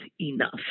enough